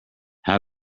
how